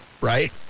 right